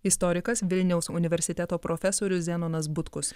istorikas vilniaus universiteto profesorius zenonas butkus